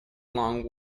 long